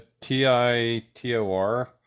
T-I-T-O-R